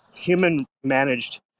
human-managed